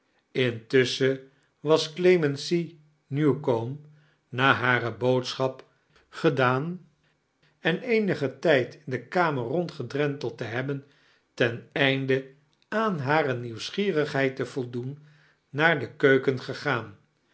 intusschen was clemency newcome rua hare boodschap gedaam en eemdgen tijd in de kameir rondgedrenteld te hebben ten einde aan hare nieoiwsgierigheid te voldoea naar de kemken gegaan